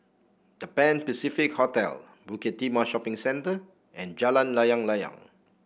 The Pan Pacific Hotel Bukit Timah Shopping Centre and Jalan Layang Layang